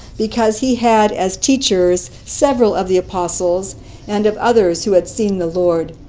because he had as teachers several of the apostles and of others who had seen the lord.